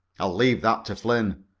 i'll leave that to flynn.